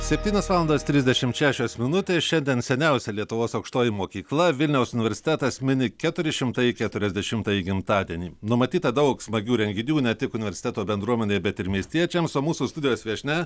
septynios valandos trisdešimt šešios minutės šiandien seniausia lietuvos aukštoji mokykla vilniaus universitetas mini keturi šimtai keturiasdešimtąjį gimtadienį numatyta daug smagių renginių ne tik universiteto bendruomenei bet ir miestiečiams o mūsų studijos viešnia